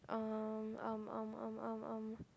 um um um um um um